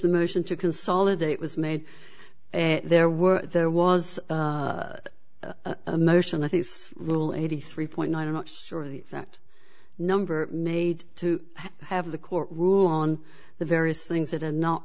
the motion to consolidate was made and there were there was a motion i think rule eighty three point nine i'm not sure the exact number made to have the court rule on the various things that are not